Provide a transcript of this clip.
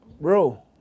Bro